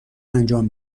انجام